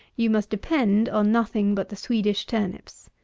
you must depend on nothing but the swedish turnips.